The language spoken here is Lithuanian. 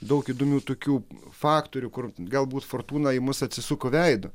daug įdomių tokių faktorių kur galbūt fortūna į mus atsisuko veidu